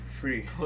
free